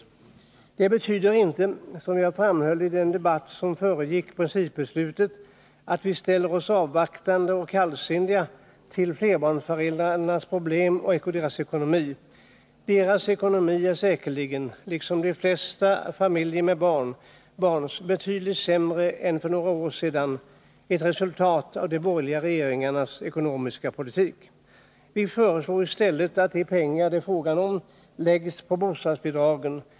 stöd till flerbarns Det betyder inte, som jag framhöll i den debatt som föregick principbeslutet, att vi ställer oss avvaktande och är kallsinniga till flerbarnsföräldrarnas problem och deras ekonomi. Deras ekonomi är säkerligen, liksom de flesta familjers med barn, betydligt sämre än för några år sedan — ett resultat av de borgerliga regeringarnas ekonomiska politik. Vi föreslår i stället att de pengar det är fråga om läggs på bostadsbidragen.